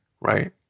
right